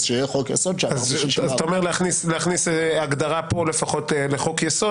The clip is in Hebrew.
אז שיהיה חוק-יסוד --- אז אתה אומר: להכניס הגדרה פה לפחות לחוק-יסוד,